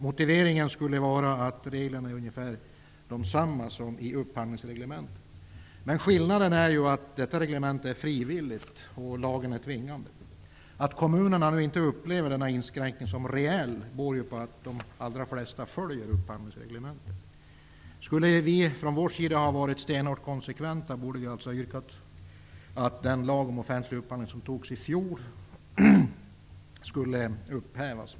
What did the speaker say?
Motiveringen skulle vara att reglerna ungefär är desamma som i upphandlingsreglementet. Men skillnaden är ju att detta reglemente är frivilligt, medan lagen är tvingande. Att kommunerna inte upplever en sådan här inskränkning som reell beror på att de allra flesta redan följer upphandlingsreglementet. Om vi i Vänsterpartiet hade varit stenhårt konsekventa skulle vi ha yrkat att den lag om offentlig upphandling som antogs i fjol upphävs.